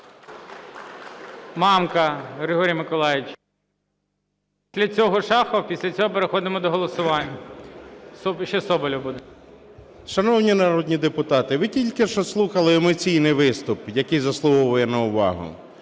Мамка Григорій Миколайович. Після цього Шахов. Після цього переходимо до голосування. Ще Соболєв буде. 13:27:58 МАМКА Г.М. Шановні народні депутати, ви тільки що слухали емоційний виступ, який заслуговує на увагу.